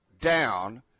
down